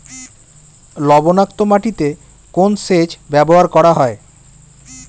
লবণাক্ত মাটিতে কোন সেচ ব্যবহার করা হয়?